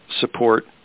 support